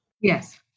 Yes